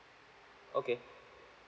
okay